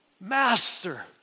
Master